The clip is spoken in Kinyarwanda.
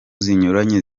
zinyuranye